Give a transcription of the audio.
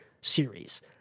series